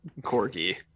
corgi